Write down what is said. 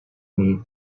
need